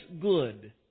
good